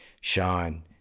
Sean